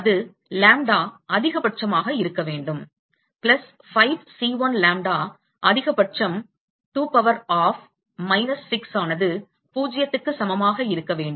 அது லாம்ப்டா அதிக பட்சமாக இருக்கவேண்டும் பிளஸ் 5 C1 லாம்ப்டா அதிகபட்சம் டு பவர் ஆப் மைனஸ் 6 ஆனது 0க்கு சமமாக இருக்க வேண்டும்